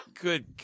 Good